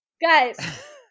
Guys